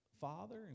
father